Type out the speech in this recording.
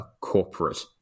corporate